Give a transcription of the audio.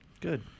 good